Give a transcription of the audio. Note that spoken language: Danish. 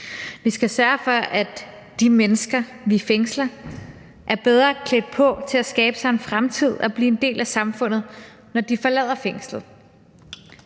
Vi skal sørge for, at de mennesker, vi fængsler, er bedre klædt på til at skabe sig en fremtid og blive en del af samfundet, når de forlader fængslet.